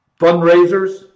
fundraisers